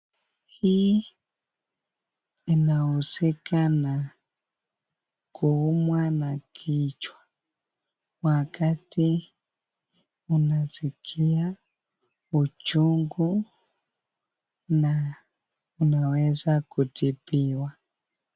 Hii inausika na kuumwa na kijwa wakati unasikia ujungu na unaweza kutibiwa.